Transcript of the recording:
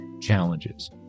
challenges